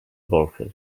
golfes